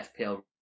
FPL